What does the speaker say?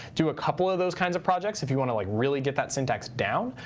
do a couple of those kinds of projects if you want to like really get that syntax down.